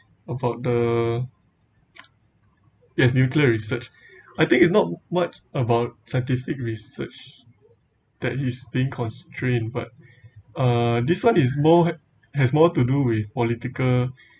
about the yes nuclear research I think it's not what about scientific research that he's being constrained but uh this one is more has more to do with political